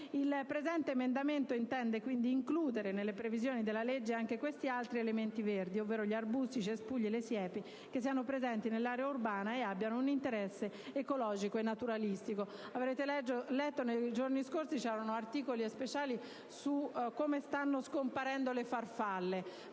L'emendamento 6.0.100 intende, quindi, includere nelle previsioni della legge questi altri elementi verdi, ovvero gli arbusti, i cespugli e le siepi presenti nell'area urbana e che abbiano un interesse ecologico e naturalistico. Avrete letto nei giorni scorsi articoli e «speciali» su come stiano scomparendo le farfalle.